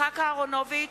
יצחק אהרונוביץ,